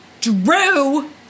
Drew